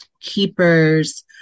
keepers